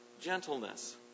gentleness